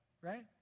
right